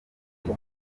gito